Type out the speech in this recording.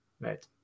right